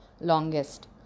longest